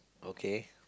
okay